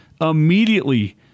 Immediately